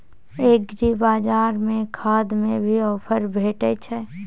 एग्रीबाजार में खाद में भी ऑफर भेटय छैय?